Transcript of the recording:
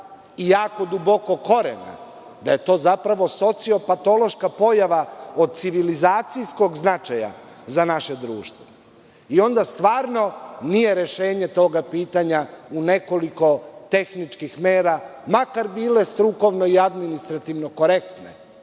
i jako dubokog korena, da je to zapravo sociopatološka pojava od civilizacijskog značaja za naše društvo. Onda stvarno nije rešenje toga pitanja u nekoliko tehničkih mera, makar bile strukovne i administrativno korektne